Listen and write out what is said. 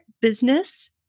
business